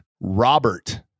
Robert